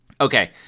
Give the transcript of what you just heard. Okay